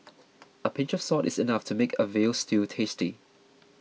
a pinch of salt is enough to make a Veal Stew tasty